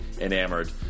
enamored